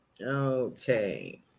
Okay